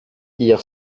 hier